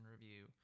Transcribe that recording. Review